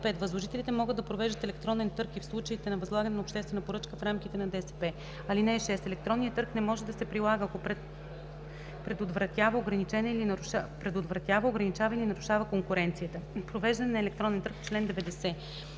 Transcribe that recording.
Възложителите могат да провеждат електронен търг и в случаите на възлагане на обществена поръчка в рамките на ДСП. (6) Електронният търг не може да се прилага, ако предотвратява, ограничава или нарушава конкуренцията.” Член 90 – „Провеждане на електронен търг”.